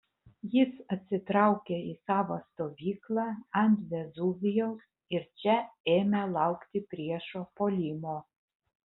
jis atsitraukė į savo stovyklą ant vezuvijaus ir čia ėmė laukti priešo puolimo